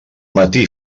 matí